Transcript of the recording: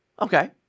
okay